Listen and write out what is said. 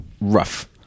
rough